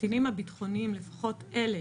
הקטינים הביטחוניים, לפחות אלה